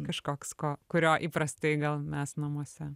kažkoks ko kurio įprastai gal mes namuose